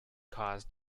cause